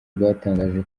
rwatangaje